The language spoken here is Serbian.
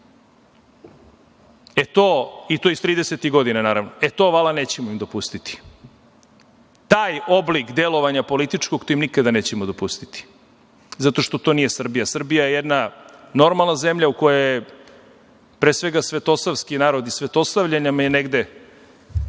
i to iz 30-ih godina, naravno. E, to, vala, nećemo im dopustiti. Taj oblik delovanja političkog, to im nikada nećemo dopustiti, zato što to nije Srbija. Srbija je jedna normalne zemlja u kojoj je, pre svega, svetosavski narod i Svetosavlje nam je negde